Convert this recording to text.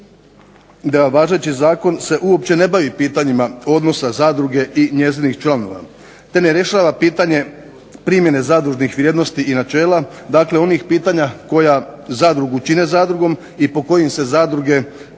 da važeći zakon se uopće ne bavi pitanjima odnosa zadruge i njezinih članova te ne rješava pitanje primjene zadružnih vrijednosti i načela, dakle onih pitanja koja zadrugu čine zadrugom i po kojim se zadruge suštinski